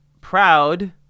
proud